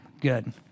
good